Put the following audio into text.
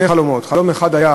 חלום אחד היה